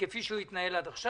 על האופן שהוא התנהל עד עכשיו.